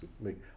make